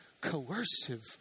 coercive